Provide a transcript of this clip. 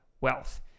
wealth